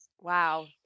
Wow